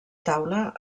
taula